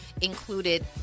included